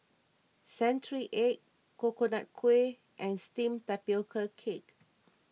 Century Egg Coconut Kuih and Steamed Tapioca Cake